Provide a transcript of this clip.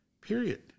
Period